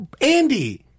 Andy